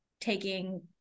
taking